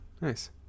nice